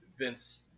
Vince